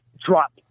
drop